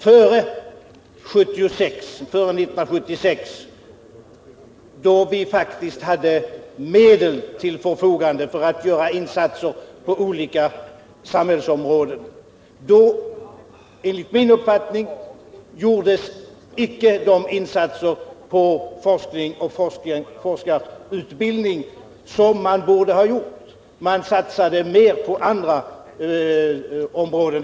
Före 1976, då vi faktiskt hade medel till förfogande för att göra insatser på olika samhällsområden, gjordes enligt min mening icke de insatser när det gäller forskning och forskarutbildning som man borde ha gjort. Man satsade mer på andra områden.